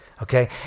Okay